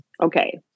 Okay